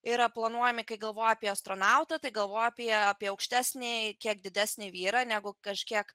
yra planuojami kai galvoja apie astronautą tai galvoja apie apie aukštesnį kiek didesnį vyrą negu kažkiek